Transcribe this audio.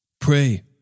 pray